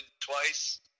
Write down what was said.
twice